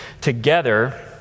together